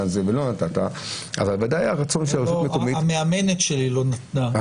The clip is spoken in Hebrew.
הזה ולא נתת --- המאמנת שלי לא נתנה,